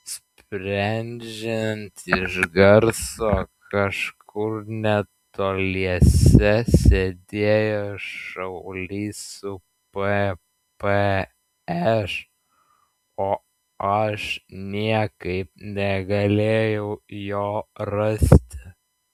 sprendžiant iš garso kažkur netoliese sėdėjo šaulys su ppš o aš niekaip negalėjau jo rasti